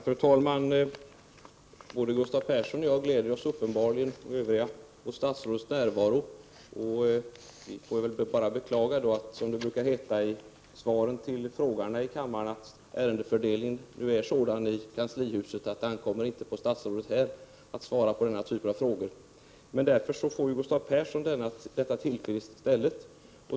Fru talman! Både Gustav Persson och jag samt även övriga gläder oss uppenbarligen åt statsrådets närvaro. Då är det väl bara att beklaga att, som det brukar heta i svaren till frågarna i kammaren, ärendefördelningen i kanslihuset är sådan att det inte ankommer på statsrådet att här svara på denna typ av frågor. Därför får Gustav Persson tillfälle att göra det i stället.